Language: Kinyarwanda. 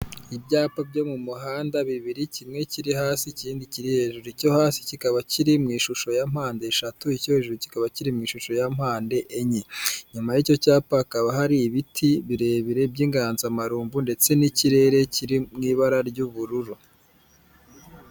Ibyapa byo mu muhanda bibiri, kimwe kiri hasi, ikindi kiri hejuru. Icyo hasi kikaba kiri mu ishusho ya mpande eshatu, icyo hejuru kikaba kiri mu ishusho ya mpande enye. Nyuma y'icyo cyapa hakaba hari ibiti birebire by'inganzamarumbu ndetse n'ikirere kiri mu ibara ry'ubururu.